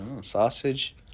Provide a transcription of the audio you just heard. Sausage